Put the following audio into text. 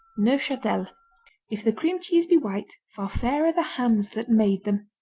neufchatel if the cream cheese be white far fairer the hands that made them.